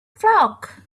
flock